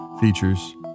features